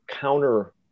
counter